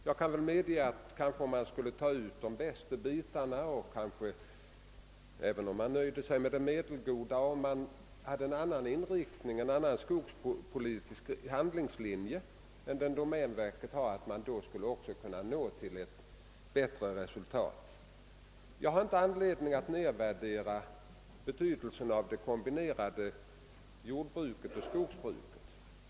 Jag kan möjligen medge, att om man skulle ta ut de bästa bitarna, och kanske även om man nöjde sig med de medelgoda och valde en annan skogspolitisk handelslinje än den domänverket följer, man då skulle kunna nå ett något bättre resultat. Jag har inte anledning att nedvärdera betydelsen av det kombinerade jordbruket och skogsbruket.